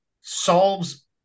solves